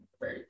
Right